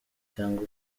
cyangwa